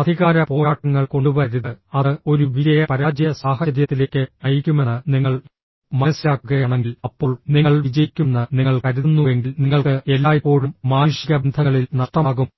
അധികാര പോരാട്ടങ്ങൾ കൊണ്ടുവരരുത് അത് ഒരു വിജയ പരാജയ സാഹചര്യത്തിലേക്ക് നയിക്കുമെന്ന് നിങ്ങൾ മനസ്സിലാക്കുകയാണെങ്കിൽ അപ്പോൾ നിങ്ങൾ വിജയിക്കുമെന്ന് നിങ്ങൾ കരുതുന്നുവെങ്കിൽ നിങ്ങൾക്ക് എല്ലായ്പ്പോഴും മാനുഷിക ബന്ധങ്ങളിൽ നഷ്ടമാകും